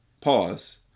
Pause